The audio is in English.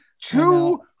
two